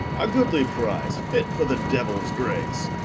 a goodly prize, fit for the diuels grace.